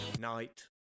night